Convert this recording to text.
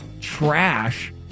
trash